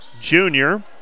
junior